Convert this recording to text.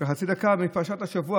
חצי דקה לפרשת השבוע.